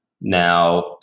Now